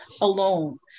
alone